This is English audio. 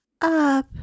up